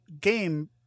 game